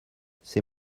c’est